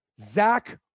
Zach